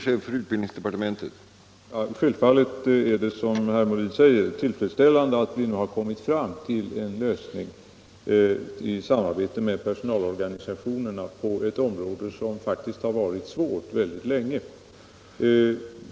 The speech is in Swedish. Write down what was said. Herr talman! Självfallet är det, som herr Molin säger, tillfredsställande att vi nu har kommit fram till en lösning i samarbete med personalorganisationerna på ett området där det faktiskt varit svårlösta problem mycket länge.